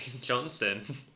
Johnson